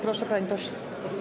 Proszę, panie pośle.